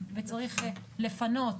וצריך לפנות